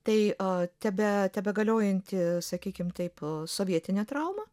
tai a tebe tebegaliojanti sakykim taip sovietinė trauma